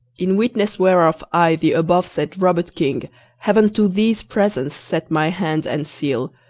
in witness whereof i the abovesaid robert king have unto these presents set my hand and seal,